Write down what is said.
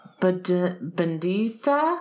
Bendita